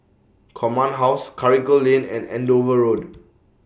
Command House Karikal Lane and Andover Road